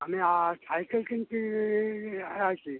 আমি সাইকেল কিনছি আর কি